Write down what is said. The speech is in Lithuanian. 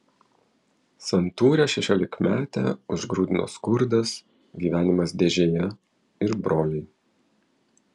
santūrią šešiolikmetę užgrūdino skurdas gyvenimas dėžėje ir broliai